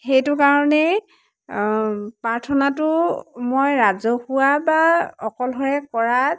সেইটো কাৰণেই প্ৰাৰ্থনাটো মই ৰাজহুৱা বা অকলশৰে কৰাত